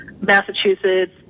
Massachusetts